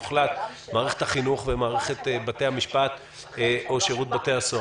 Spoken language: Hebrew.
בין מערכת החינוך ומערכת בתי המשפט או שירות בתי הסוהר.